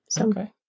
Okay